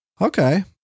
Okay